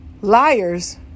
Liars